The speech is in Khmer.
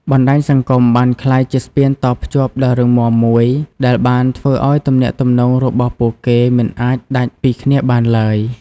បណ្ដាញសង្គមបានក្លាយជាស្ពានតភ្ជាប់ដ៏រឹងមាំមួយដែលបានធ្វើឲ្យទំនាក់ទំនងរបស់ពួកគេមិនអាចដាច់ពីគ្នាបានឡើយ។